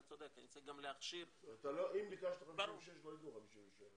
אני צריך גם להכשיר --- אם ביקשת 56 לא ייתנו לך 56,